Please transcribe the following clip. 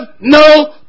no